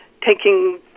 taking